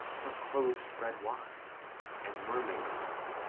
her clothes spread wide and, mermaid-like,